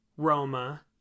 roma